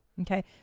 Okay